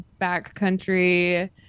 backcountry